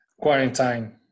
quarantine